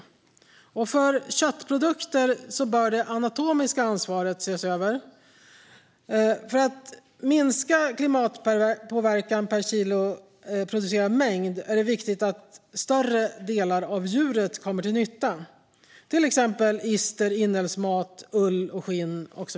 När det gäller köttprodukter bör det anatomiska ansvaret ses över. För att minska klimatpåverkan av varje kilo som produceras är det viktigt att större delar av djuret kommer till nytta, till exempel ister, inälvsmat, ull och skinn.